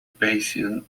bayesian